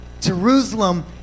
jerusalem